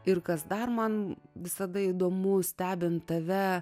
ir kas dar man visada įdomu stebint tave